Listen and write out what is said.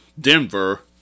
Denver